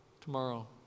tomorrow